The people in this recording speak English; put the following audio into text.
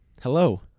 Hello